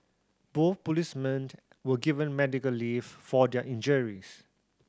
both policemen were given medical leave for their injuries